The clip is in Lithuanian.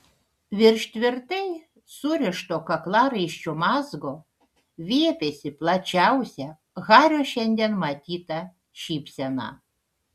virš tvirtai surišto kaklaraiščio mazgo viepėsi plačiausia hario šiandien matyta šypsena